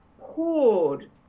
poured